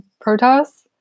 protests